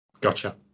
gotcha